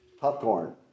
popcorn